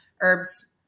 herbs